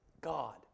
God